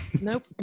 Nope